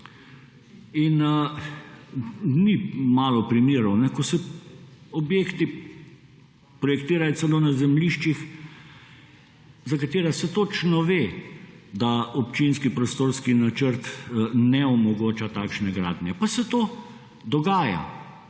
Ni malo primerov, ko se objekti projektirajo celo na zemljiščih, za katera se točno ve, da občinski prostorski načrt ne omogoča takšne gradnje, pa se to dogaja.